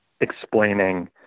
explaining